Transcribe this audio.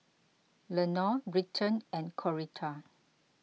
Lenore Britton and Coretta